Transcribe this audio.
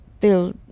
till